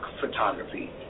photography